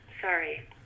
Sorry